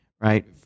right